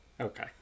Okay